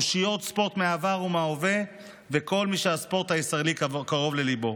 אושיות ספורט מהעבר ומההווה וכל מי שהספורט הישראלי קרוב לליבו.